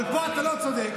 אבל פה אתה לא צודק.